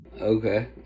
Okay